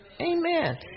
Amen